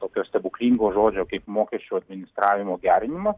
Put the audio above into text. tokio stebuklingo žodžio kaip mokesčių administravimo gerinimas